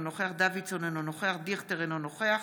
אינו נוכח